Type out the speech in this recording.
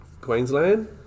Queensland